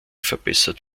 verbessert